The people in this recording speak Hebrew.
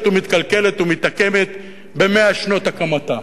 ומתקלקלת ומתעקמת במאה שנות הקמתה.